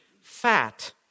fat